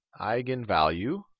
eigenvalue